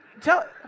tell